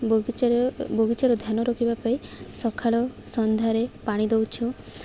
ବଗିଚାରେ ବଗିଚାରେ ଧ୍ୟାନ ରଖିବା ପାଇଁ ସକାଳ ସନ୍ଧ୍ୟାରେ ପାଣି ଦେଉଛୁ